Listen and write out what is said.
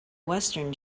western